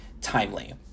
timely